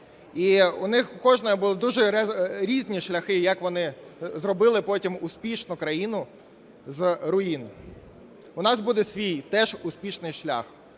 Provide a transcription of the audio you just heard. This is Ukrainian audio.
І у них у кожної були дуже різні шляхи, як вони зробили потім успішну країну з руїн. У нас буде свій теж успішний шлях,